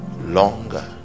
longer